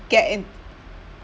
get in